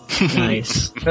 Nice